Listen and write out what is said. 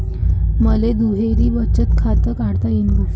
मले दुहेरी बचत खातं काढता येईन का?